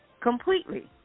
completely